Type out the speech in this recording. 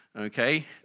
Okay